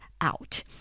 out